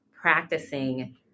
practicing